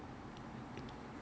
it's more mild and